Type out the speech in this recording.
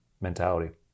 mentality